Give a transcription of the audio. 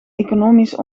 economisch